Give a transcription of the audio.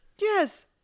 Yes